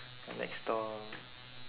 next door